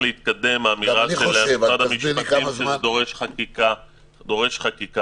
להתקדם בעניין --- אני חושב- -- כמה זמן ------ דורש חקיקה,